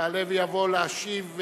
יעלה ויבוא להשיב,